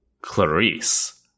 Clarice